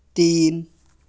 تین